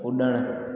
कुड॒णु